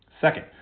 Second